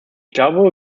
glaube